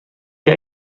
que